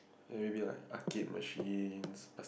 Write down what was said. maybe like arcade machines